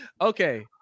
okay